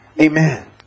Amen